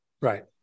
Right